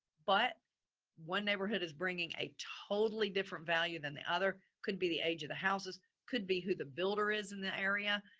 but one neighborhood is bringing a totally different value than the other. could be the age of the houses could be who the builder is in the area.